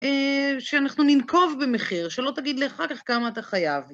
שאנחנו ננקוב במחיר, שלא תגיד לי אחר כך כמה אתה חייב.